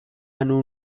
hanno